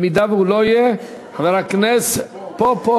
אם הוא לא יהיה, הוא פה.